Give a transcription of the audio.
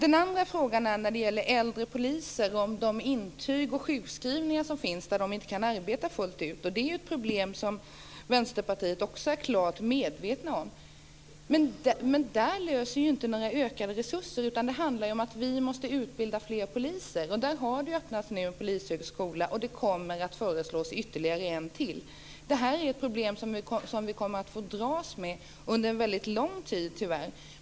Den andra frågan handlar om äldre poliser och om de intyg och sjukskrivningar som innebär att de inte kan arbeta fullt ut. Det är ett problem som Vänsterpartiet också är klart medvetet om. Men detta problem löser man inte genom ökade resurser, utan det handlar ju om att vi måste utbilda fler poliser. Och det har nu öppnats en ny polishögskola, och det kommer att föreslås ytterligare en. Detta är ett problem som vi tyvärr kommer att få dras med under en mycket lång tid.